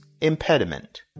impediment